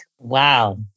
Wow